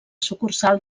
sucursal